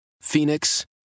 Phoenix